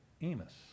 Amos